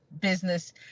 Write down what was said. business